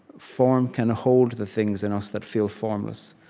form can hold the things in us that feel formless,